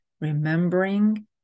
remembering